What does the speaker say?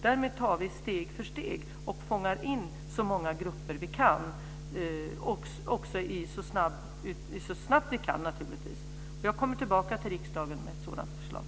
Däremot tar vi steg för steg och fångar in så många grupper vi kan, och naturligtvis så snabbt vi kan. Jag kommer tillbaka till riksdagen med ett sådant förslag.